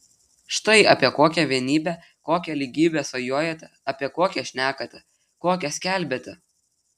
štai apie kokią vienybę kokią lygybę svajojate apie kokią šnekate kokią skelbiate